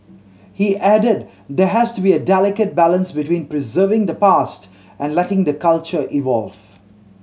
he added there has to be a delicate balance between preserving the past and letting the culture evolve